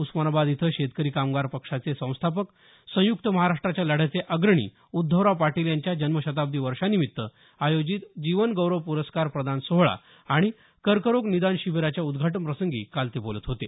उस्मानाबाद इथं शेतकरी कामगार पक्षाचे संस्थापक संयुक्त महाराष्ट्राच्या लढ्याचे अग्रणी उद्धवराव पाटील यांच्या जन्मशताब्दी वर्षानिमित्त आयोजित जीवन गौरव पुरस्कार प्रदान सोहळा आणि कर्करोग निदान शिबिराच्या उद्घाटन प्रसंगी काल ते बोलत होते